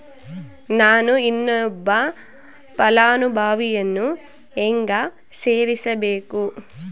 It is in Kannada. ನಾನು ಇನ್ನೊಬ್ಬ ಫಲಾನುಭವಿಯನ್ನು ಹೆಂಗ ಸೇರಿಸಬೇಕು?